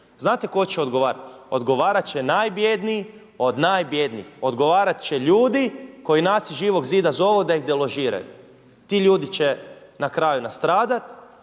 Znate tko će odgovarati? Odgovarat će najbjedniji od najbjednijih, odgovarat će ljudi koji nas iz Živog zida zovu da ih deložiraju, ti ljudi će na kraju nastradati.